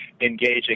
engaging